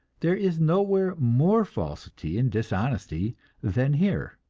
there is nowhere more falsity and dishonesty than here.